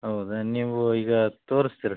ಹೌದ ನೀವು ಈಗ ತೋರ್ಸ್ತೀರ ಸರ್